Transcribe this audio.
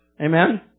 Amen